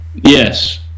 Yes